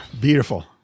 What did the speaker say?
Beautiful